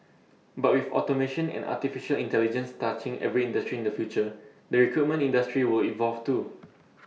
but with automation and Artificial Intelligence touching every industry in the future the recruitment industry will evolve too